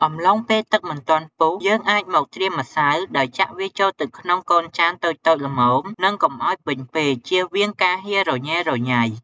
អំឡុងពេលទឹកមិនទាន់ពុះ យើងអាចមកត្រៀមម្សៅ ដោយចាក់វាចូលទៅក្នុងកូនចានតូចៗល្មម និងកុំឱ្យពេញពេក ជៀសវាងការហៀររញ៉េរញ៉ៃ។